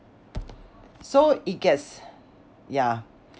so it gets yeah